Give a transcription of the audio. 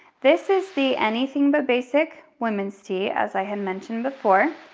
this is the anything but basic women's tee as i had mentioned before.